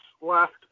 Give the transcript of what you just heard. left